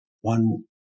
one